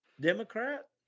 Democrat